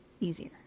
Easier